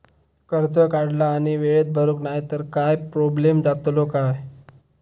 कर्ज काढला आणि वेळेत भरुक नाय तर काय प्रोब्लेम जातलो काय?